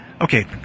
okay